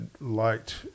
liked